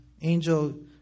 angel